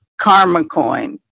KarmaCoin